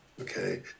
okay